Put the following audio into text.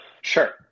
Sure